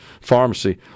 pharmacy